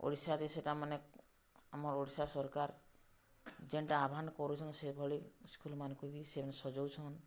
ଓଡ଼ିଶାରେ ସେଟାମାନେ ଆମର୍ ଓଡ଼ିଶା ସର୍କାର୍ ଯେନ୍ଟା ଆହ୍ୱାନ୍ କରୁଛନ୍ ସେଭଳି ସ୍କୁଲ୍ମାନ୍ଙ୍କୁ ବି ସେମାନେ ସଜଉଛନ୍